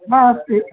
मा अस्ति